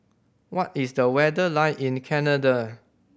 what is the weather like in Canada